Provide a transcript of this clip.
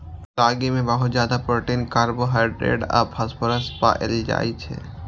रागी मे बहुत ज्यादा प्रोटीन, कार्बोहाइड्रेट आ फास्फोरस पाएल जाइ छै